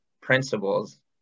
principles